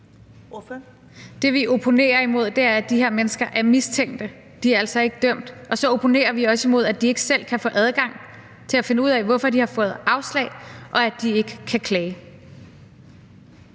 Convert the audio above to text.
Det, som vi opponerer imod, er, at de her mennesker er mistænkte; de er altså ikke dømt. Og så opponerer vi også imod, at de ikke selv kan få adgang til at finde ud af, hvorfor de har fået afslag, og at de ikke kan klage.